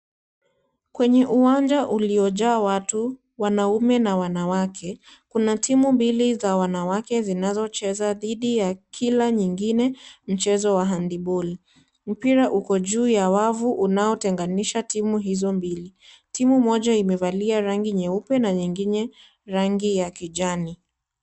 Kwenye uwanja uliojaa watu wanaume na wanawake kuna timu mbili za wanawake zinazocheza dhidi ya kila nyingine mchezo wa handiboli. Mpira uko juu ya wavu unaotenganisha timu hizo mbili, timu moja imevalia rangi nyeupe na nyingine rangi ya kijani.